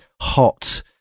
hot